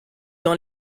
dans